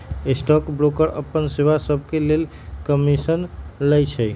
stock broker अप्पन सेवा सभके लेल कमीशन लइछइ